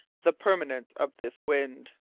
the permanence of this wind.